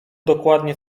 dokładnie